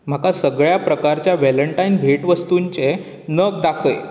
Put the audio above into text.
म्हाका सगळ्या प्रकारच्या व्हॅलंटायन भेटवस्तूंचे नग दाखय